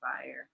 fire